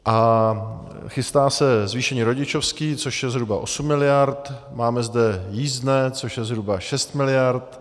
A chystá se zvýšení rodičovské, což je zhruba 8 miliard, máme zde jízdné, což je zhruba 6 miliard.